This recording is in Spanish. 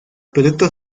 productos